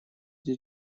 для